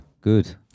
good